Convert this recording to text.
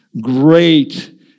Great